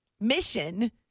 mission